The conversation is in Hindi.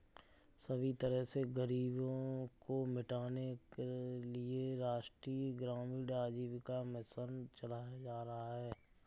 सभी तरह से गरीबी को मिटाने के लिये राष्ट्रीय ग्रामीण आजीविका मिशन चलाया जा रहा है